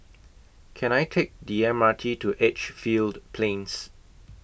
Can I Take The M R T to Edgefield Plains